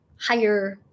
higher